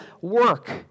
work